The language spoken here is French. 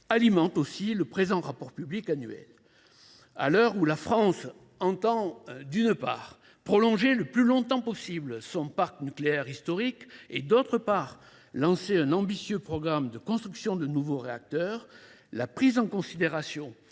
alimentent le présent rapport public annuel. À l’heure où la France entend, d’une part, prolonger le plus longtemps possible son parc nucléaire historique et, d’autre part, lancer un ambitieux programme de construction de nouveaux réacteurs, la prise en considération